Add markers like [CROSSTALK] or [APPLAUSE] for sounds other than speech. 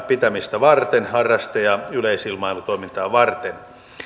[UNINTELLIGIBLE] pitämistä varten harraste ja yleisilmailutoimintaa varten